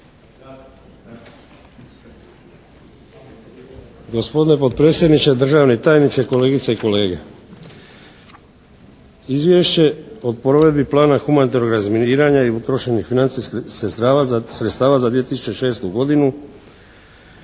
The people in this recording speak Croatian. Gospodine potpredsjedniče, državni tajniče, kolegice i kolege. Izvješće o provedbi Plana humanitarnog razminiranja i utrošenih financijskih sredstava za 2006. godinu.